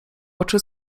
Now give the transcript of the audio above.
oczy